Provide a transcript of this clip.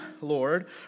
Lord